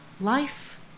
life